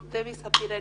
דבי ספיר אליעזר,